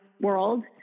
world